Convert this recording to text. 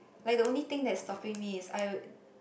like the only thing that is stopping me is I